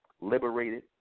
Liberated